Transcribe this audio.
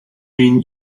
mean